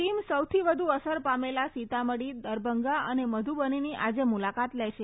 ટીમે સૌથી વધુ અસર પામેલા સીતામઢી દરભંગા અને મધુબનીની આજે મુલાકાત લેશે